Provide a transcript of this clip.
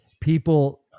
people